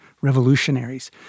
revolutionaries